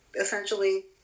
essentially